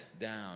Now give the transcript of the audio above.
down